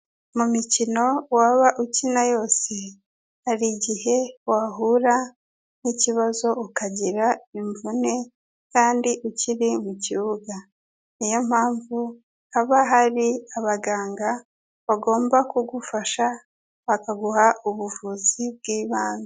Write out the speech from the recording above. Mu mikino waba ukina yose, hari igihe wahura n'ikibazo ukagira imvune kandi ukiri mu kibuga. Niyo mpamvu haba hari abaganga bagomba kugufasha, bakaguha ubuvuzi bw'ibanze.